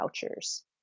vouchers